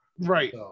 Right